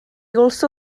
also